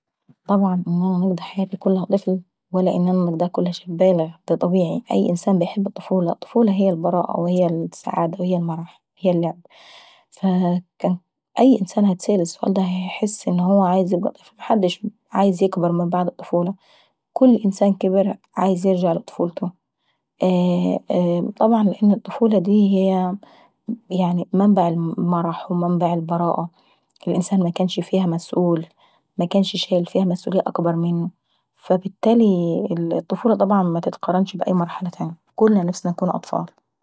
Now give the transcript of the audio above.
طبعا ان انا نقضي حياتي كلها طفل ولا اني انا نجقضيها كلها شاب. دا طبيعي أي انسان بيحب الطفولة، دا الطفولة هي البراءة، هي السعاة وهي المرح وهي اللعب. كأي انسان هيتسال السؤال دا هيحس انه عاوز محدش عاوز يكبر من بعد الطفولة، كل انسان كبر عايز يرجع لطفولته. طبعا لان الطفولة دي هي منبع المرح ومنبع البراءة. مكنش الانسان فيها مسؤول مكنش شايل فيها مسوؤلية اكبر منه. فالبتالي الطفولة طبعا متتقارنش باي مرحلة تاني. كوولنا نفسنا نكونوا طفال.